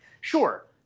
Sure